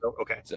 Okay